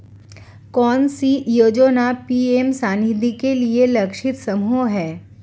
कौन सी योजना पी.एम स्वानिधि के लिए लक्षित समूह है?